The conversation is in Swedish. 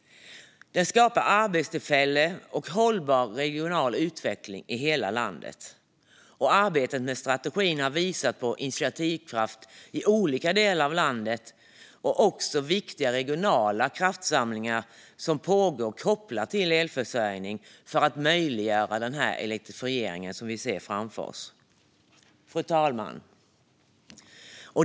Den skapar arbetstillfällen och en hållbar regional utveckling i hela landet. Arbetet med strategin har visat på initiativkraft i olika delar av landet, och viktiga regionala kraftsamlingar pågår kopplat till elförsörjning för att möjliggöra den elektrifiering som vi ser framför oss. Fru talman!